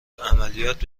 عملیات